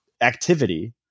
activity